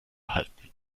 halten